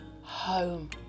Home